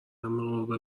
غروب